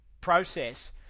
process